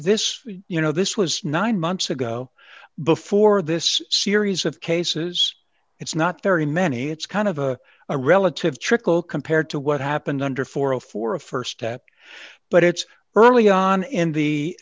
this you know this was nine months ago before this series of cases it's not very many it's kind of a relative trickle compared to what happened under four hundred for a st step but it's early on in the